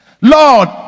lord